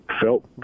felt